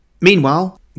Meanwhile